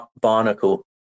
Barnacle